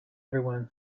everyone